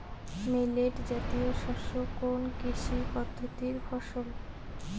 Millet জাতীয় শস্য কোন কৃষি পদ্ধতির ফসল?